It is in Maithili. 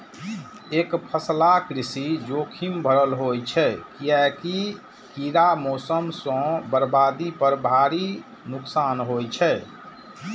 एकफसला कृषि जोखिम भरल होइ छै, कियैकि कीड़ा, मौसम सं बर्बादी पर भारी नुकसान होइ छै